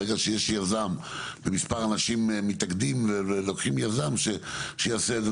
ברגע שיש יזם ומספר אנשים מתאגדים ולוקחים יזם שיעשה את זה,